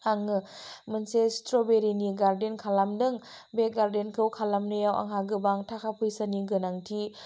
आङो मोनसे स्ट्रबेरिनि गार्डेन खालामदों बे गार्डेनखौ खालामनायाव आंहा गोबां थाका फैसानि गोनांथि